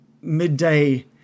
midday